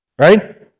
Right